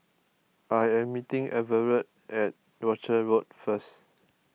I am meeting Everet at Rochor Road first